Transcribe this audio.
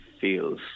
feels